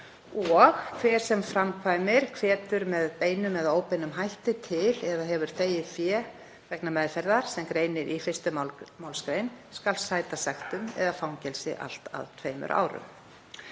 Hver sem framkvæmir, hvetur með beinum eða óbeinum hætti til eða hefur þegið fé vegna meðferðar sem greinir í 1. mgr. skal sæta sektum eða fangelsi allt að 2 árum.“